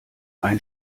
ein